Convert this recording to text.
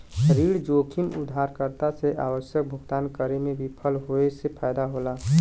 ऋण जोखिम उधारकर्ता से आवश्यक भुगतान करे में विफल होये से पैदा होला